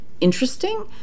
interesting